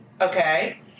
okay